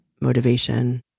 motivation